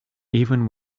even